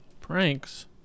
pranks